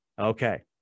Okay